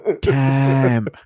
time